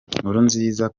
nkurunziza